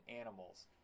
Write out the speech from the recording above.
animals